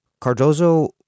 Cardozo